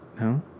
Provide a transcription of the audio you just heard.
No